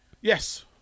Yes